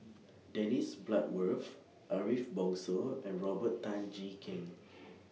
Dennis Bloodworth Ariff Bongso and Robert Tan Jee Keng